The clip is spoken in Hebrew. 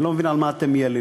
אני לא מבין על מה אתם מייללים.